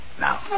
Now